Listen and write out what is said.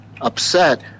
upset